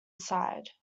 side